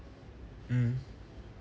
mmhmm